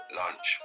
lunch